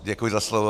Děkuji za slovo.